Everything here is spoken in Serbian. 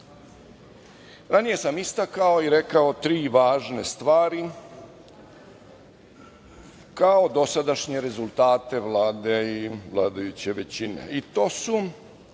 sam istakao i rekao tri važne stvari kao dosadašnje rezultate Vlade i vladajuće većine i to su